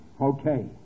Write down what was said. Okay